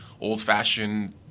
old-fashioned